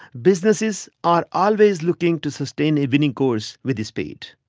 businesses are always looking to sustain a winning course with speed.